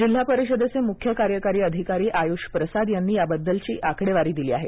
जिल्हा परिषदेचे मुख्य कार्यकारी अधिकारी आयुष प्रसाद यांनी याबद्दलची आकडेवारी दिली आहे